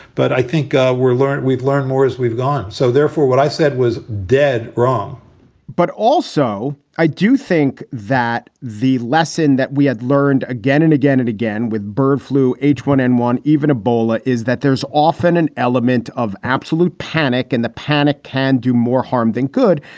but i think ah we're learning we've learned more as we've gone. so therefore, what i said was dead wrong but also, i do think that the lesson that we had learned again and again and again with bird flu, h one n one, even ebola, is that there's often an element of absolute panic and the panic can do more harm than good.